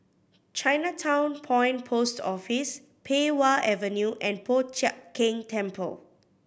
Chinatown Point Post Office Pei Wah Avenue and Po Chiak Keng Temple